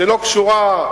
שלא קשורה,